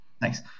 thanks